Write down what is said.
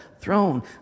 throne